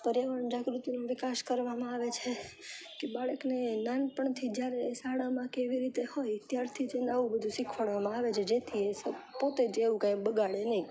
પર્યાવરણ જાગૃતિનો વિકાસ કરવામાં આવે છે કે બાળકને નાનપણથી જ્યારે શાળામાં કેવી રીતે હોય ત્યારથી જ એને આવું બધું શીખવાડવામાં આવે છે જેથી એ પોતે જ એવું કંઈ બગાડે નહીં